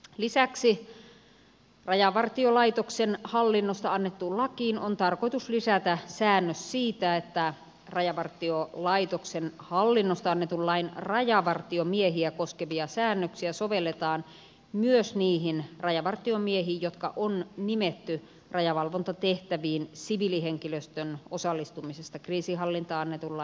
lisäksi rajavartiolaitoksen hallinnosta annettuun lakiin on tarkoitus lisätä säännös siitä että rajavartiolaitoksen hallinnosta annetun lain rajavartiomiehiä koskevia säännöksiä sovelletaan myös niihin rajavartiomiehiin jotka on nimetty rajavalvontatehtäviin siviilihenkilöstön osallistumisesta kriisinhallintaan annetun lain perusteella